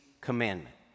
commandment